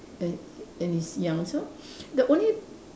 and and he's young so the only